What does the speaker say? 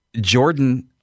Jordan